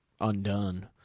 undone